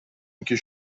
اگر